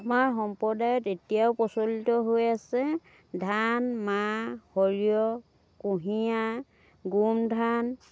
আমাৰ সম্প্ৰদায়ত এতিয়াও প্ৰচলিত হৈ আছে ধান মাহ সৰিয়হ কুঁহিয়াৰ গোমধান